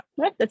Right